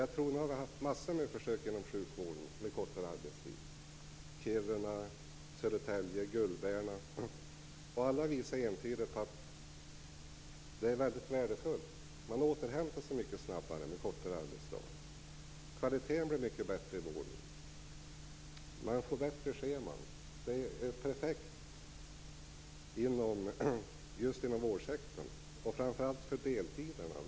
Man har haft mängder av försök inom sjukvården med kortare arbetstid, i Kiruna, Södertälje, Gullberna, m.m. Alla försök visar entydigt att detta är mycket värdefullt. Människor återhämtar sig mycket snabbare när de har kortare arbetsdag, kvaliteten i vården blir mycket bättre, och de får bättre scheman. Detta är perfekt just inom vårdsektorn och framför allt för de deltidsarbetande.